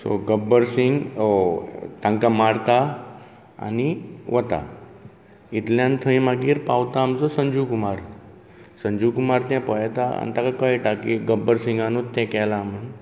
so Gabbar Singh तांकां मारता आनी वता इतल्यान थंय मागीर पावता आमचो संजीव कुमार संजीव कुमार ते पळेता आनी ताका कळटा गब्बर सिंगानूच ते केला म्हणू